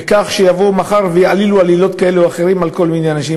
ויבואו מחר ויעלילו עלילות כאלה או אחרות על כל מיני אנשים.